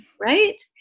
right